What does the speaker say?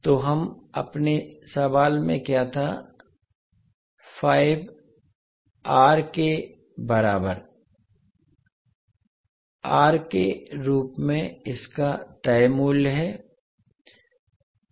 तो हम अपने सवाल में क्या था 5 आर के बराबर आर के रूप में इसका तय वैल्यू है